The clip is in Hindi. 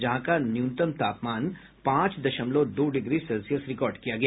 जहां का न्यूनतम तापमान पांच दशमलव दो डिग्री सेल्सियस रिकॉर्ड किया गया